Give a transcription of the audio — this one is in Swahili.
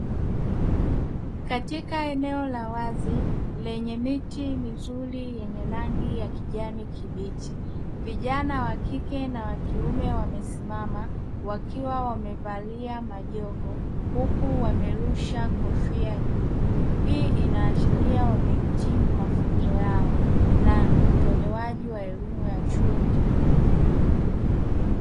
Katika eneo la wazi lenye miti mizuri yenye rangi ya kijani kibichi; vijana wa kike na wa kiume wamesimama, wakiwa wamevalia majoho huku wamerusha kofia juu. Hii inaashiria wamehitimu mafunzo yao na utolewaji wa elimu ya chuo kikuu.